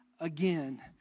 again